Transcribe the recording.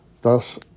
thus